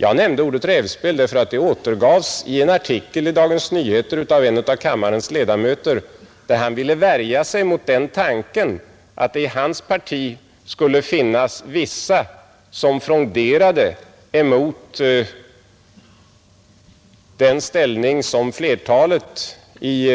Jag använde ordet rävspel därför att det återfanns i en artikel i Dagens Nyheter av en kammarledamot, där han ville värja sig mot den tanken att det i hans parti skulle finnas vissa personer som fronderade emot den ställning som flertalet i